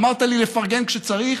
אמרת לי לפרגן כשצריך,